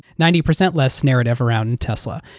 ninety percent less narrative around and tesla.